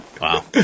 wow